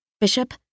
Bishop